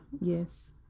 Yes